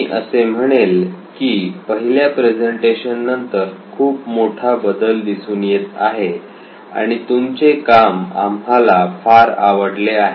मी असे म्हणेल की पहिल्या प्रेझेंटेशन नंतर खूप मोठा बदल दिसून येत आहे आणि तुमचे काम आम्हाला फार आवडले आहे